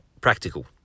practical